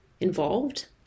involved